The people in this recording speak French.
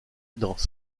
dans